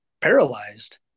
paralyzed